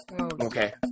okay